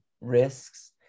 risks